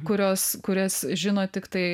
kurios kurias žino tiktai